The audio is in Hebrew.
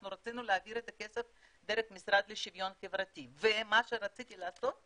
רצינו להעביר את ה כסף דרך המשרד לשוויון חברתי ומה שרציתי לעשות,